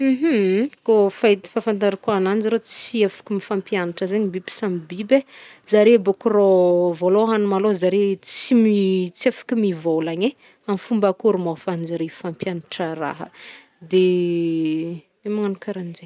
Kô fet- fafantarako ananjy rô tsy afk mifampianatr zegny biby samy biby e. Zare bôko rô- vôlôhagny malô zare tsy mi- tsy afka mivôlagny e, am fomba akôry mô no aha afahanjare mifampianatra raha? Magnano karahanjegny.